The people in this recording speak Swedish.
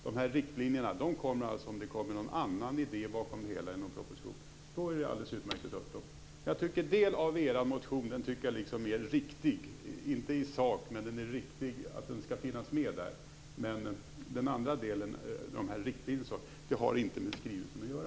De här riktlinjerna kommer in om det kommer något annat än en proposition. Då är det utmärkt att ta upp det. En del av er motion är riktig, men inte den del som handlar om att riktlinjerna skall finnas med; det har inte med skrivelsen att göra.